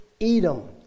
Edom